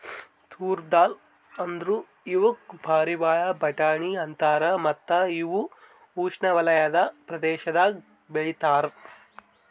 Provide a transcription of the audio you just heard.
ತೂರ್ ದಾಲ್ ಅಂದುರ್ ಇವುಕ್ ಪಾರಿವಾಳ ಬಟಾಣಿ ಅಂತಾರ ಮತ್ತ ಇವು ಉಷ್ಣೆವಲಯದ ಪ್ರದೇಶದಾಗ್ ಬೆ ಳಿತಾರ್